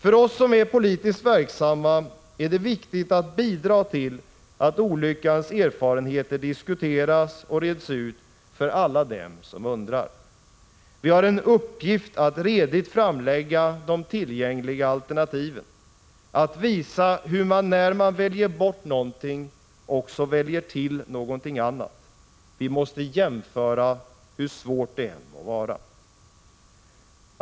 För oss som är politiskt verksamma är det viktigt att bidra till att erfarenheterna av olyckan diskuteras och reds ut för alla dem som undrar. Vi har en uppgift att redigt framlägga de tillgängliga alternativen, att visa hur man, när man väljer bort någonting, också väljer till någonting annat. Vi måste jämföra, hur svårt det än må vara.